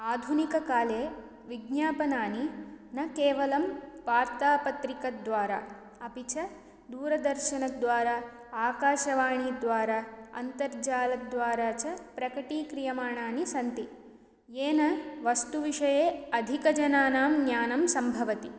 आधुनिककाले विज्ञापनानि न केवलं वार्तापत्रिकद्वारा अपि च दूरदर्शनद्वारा आकाशवाणीद्वारा अन्तर्जालद्वारा च प्रकटीक्रियमाणानि सन्ति येन वस्तु विषये अधिकजनानां ज्ञानं सम्भवति